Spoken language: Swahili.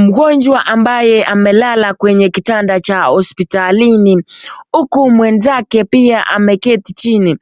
Mgonjwa ambaye amelala kwenye kitanda cha hosiptalini, huku mwenzake pia ameleti chini.